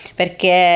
perché